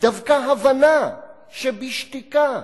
דווקא הבנה שבשתיקה,